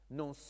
non